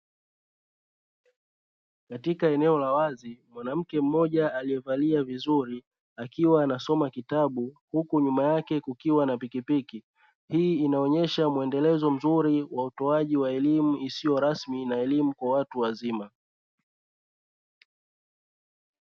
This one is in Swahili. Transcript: Katika eneo la wazi mwanamke mmoja aliye valia vizuri akiwa anasoma kitabu huku nyuma yake kukiwa na pikipiki. Hii inaonyesha muendelezo mzuri wa utoaji wa elimu isiyo rasmi na elimu kwa watu wazima.